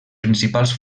principals